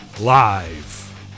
live